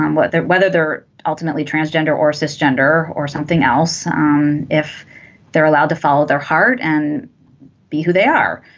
um whether whether they're ultimately transgender or cis gender or something else um if they're allowed to follow their heart and be who they are